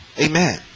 Amen